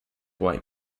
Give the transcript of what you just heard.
white